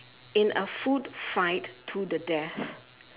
in a food fight to the death